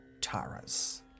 Taras